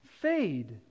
fade